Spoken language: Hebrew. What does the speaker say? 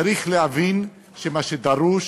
צריך להבין שמה שדרוש